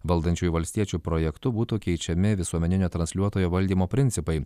valdančiųjų valstiečių projektu būtų keičiami visuomeninio transliuotojo valdymo principai